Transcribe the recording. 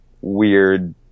weird